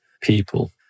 people